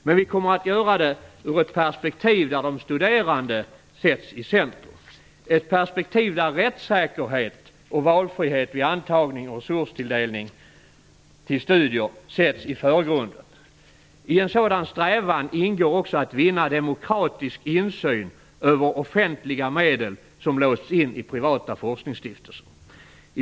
Men vi kommer att göra det ur ett perspektiv där de studerande sätts i centrum, ett perspektiv där rättssäkerhet och valfrihet vid antagning och resurstilldelning till studier sätts i förgrunden. I en sådan strävan ingår också att vinna demokratisk insyn över offentliga medel som låsts in i privata forskningsstiftelser.